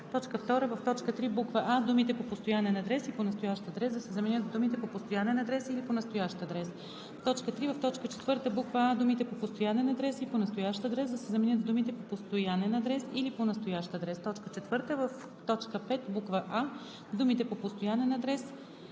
2. В т. 3, буква „а“ думите „по постоянен адрес и по настоящ адрес“ да се заменят с думите „по постоянен адрес или по настоящ адрес“. 3. В т. 4, буква „а“ думите „по постоянен адрес и по настоящ адрес“ да се заменят с думите „по постоянен адрес или по настоящ адрес“. 4. В т. 5, буква „а“ думите „по постоянен адрес